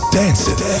dancing